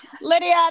Lydia